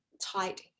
tight